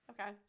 Okay